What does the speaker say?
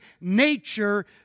nature